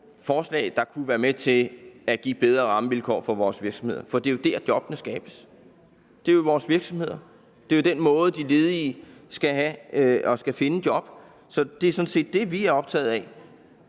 forslag, der kunne være med til at give bedre rammevilkår for vores virksomheder, for det er jo der, jobbene skabes, det er jo i vores virksomheder, de ledige skal finde job. Så det er sådan set det, vi er optaget af.